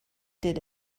did